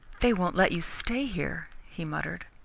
they won't let you stay here, he muttered.